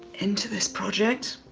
into this project,